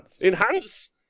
enhance